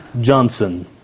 Johnson